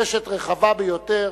קשת רחבה ביותר